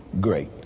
great